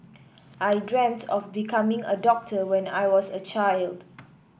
I dreamt of becoming a doctor when I was a child